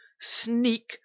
Sneak